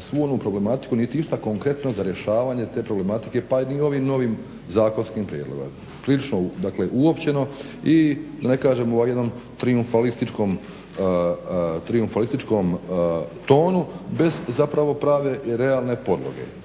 svu onu problematiku niti išta konkretno za rješavanje te problematike pa ni ovim novim zakonskim prijedlogom. Prilično dakle uopćeno i da ne kažem u jednom trijumfalističkom tonu bez zapravo prave i realne podloge,